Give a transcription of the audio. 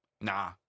Nah